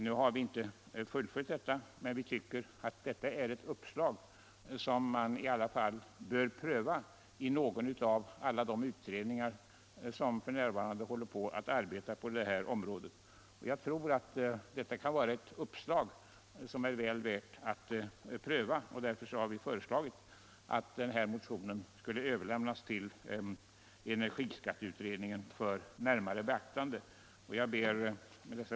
Vi har inte fullföljt motionskravet men tycker att det är ett uppslag, som bör prövas av någon av alla de utredningar som f. n. arbetar på detta område. Uppslaget kan vara väl värt att pröva, och därför har vi föreslagit att motionen skall överlämnas till energiskatteutredningen för närmare beaktande. Fru talman!